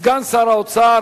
סגן שר האוצר